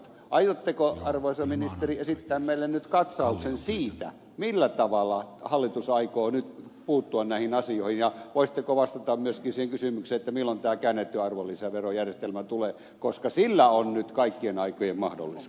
aiotteko arvoisa ministeri esittää meille nyt katsauksen siitä millä tavalla hallitus aikoo nyt puuttua näihin asioihin ja voisitteko vastata myöskin siihen kysymykseen milloin käännetty arvonlisäverojärjestelmä tulee koska sillä on nyt kaikkien aikojen mahdollisuus